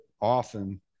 often